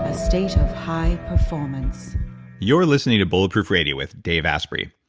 ah state of high performance you're listening to bulletproof radio with dave asprey.